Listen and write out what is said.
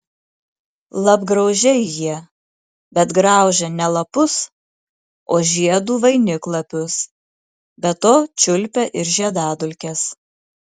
lapgraužiai jie bet graužia ne lapus o žiedų vainiklapius be to čiulpia ir žiedadulkes